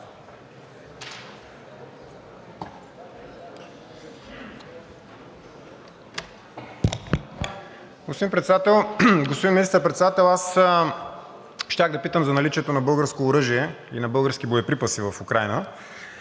господин Министър-председател! Аз щях да питам за наличието на българско оръжие и на български боеприпаси в Украйна,